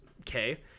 okay